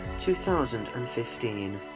2015